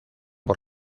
por